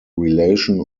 relation